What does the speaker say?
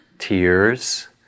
Tears